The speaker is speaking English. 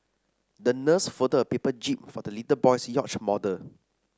the nurse folded a paper jib for the little boy's yacht model